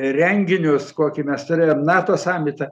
renginius kokį mes turėjom nato samita